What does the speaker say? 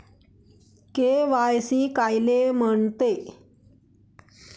KYC कायले म्हनते?